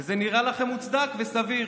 וזה נראה לכם מוצדק וסביר.